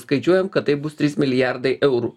skaičiuojam kad tai bus trys milijardai eurų